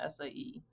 SAE